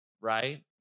right